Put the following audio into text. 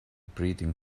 breeding